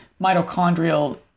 mitochondrial